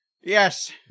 Yes